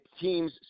teams